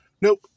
Nope